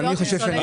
אני חושב שאנחנו